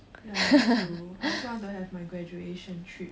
ya true I also want to have my graduation trip